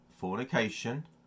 fornication